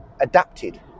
adapted